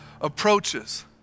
approaches